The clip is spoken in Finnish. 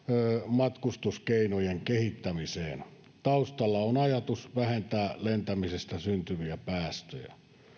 matkustuskeinojen kehittämiseen taustalla on ajatus vähentää lentämisestä syntyviä päästöjä